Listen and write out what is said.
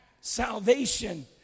salvation